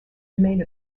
domain